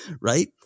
Right